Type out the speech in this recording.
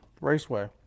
Raceway